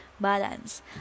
balance